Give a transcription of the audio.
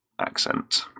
accent